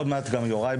עוד מעט גם יוראי,